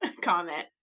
comment